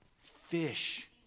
Fish